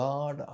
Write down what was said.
God